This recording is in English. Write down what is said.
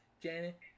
Janet